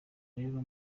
rero